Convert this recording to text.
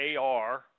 AR